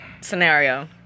scenario